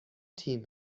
تیم